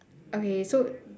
okay so